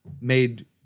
made